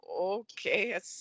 okay